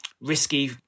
risky